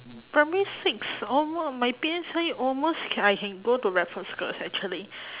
primary six almo~ my P_S_L_E almost ca~ I can go to raffles girls' actually